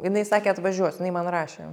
jinai sakė atvažiuos jinai man rašė